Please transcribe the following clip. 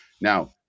Now